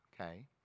okay